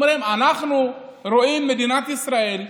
הם אמרו: אנחנו רואים את מדינת ישראל,